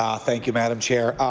um thank you, madam chair.